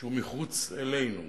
שהוא מחוץ אלינו,